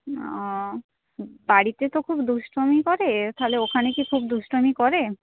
ও বাড়িতে তো খুব দুষ্টুমি করে তাহলে ওখানে কি খুব দুষ্টুমি করে